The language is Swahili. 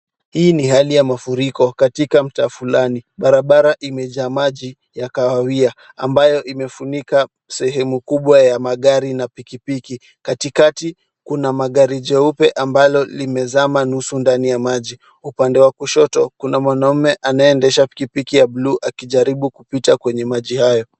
Hii ni hali ya mafuriko katika mtaa fulani. Barabara imejaa maji ya kahawia ambayo imefunika sehemu kubwa ya magari na pikipiki. Katikati, kuna magari jeupe ambalo limezama nusu ndani ya maji. Upande wa kushoto, kuna mwanamume anaendesha pikipiki ya buluu akijaribu kupita kwenye maji hayo.